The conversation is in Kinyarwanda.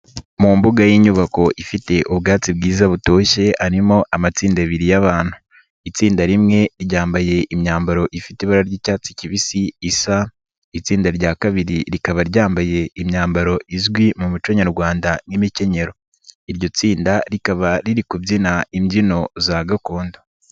Mu mbuga y'inyubako ifite ubwatsi bwiza butoshye harimo amatsinda abiri y'abantu, itsinda rimwe ryambaye imyambaro ifite ibara ry'icyatsi kibisi isa, itsinda rya kabiri rikaba ryambaye imyambaro izwi mu muco nyarwanda nk'imikenyero, iryo tsinda rikaba riri kubyina imbyino za gakondo.